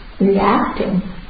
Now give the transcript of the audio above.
reacting